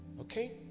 Okay